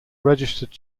registered